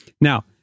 Now